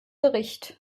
bericht